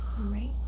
Right